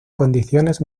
condiciones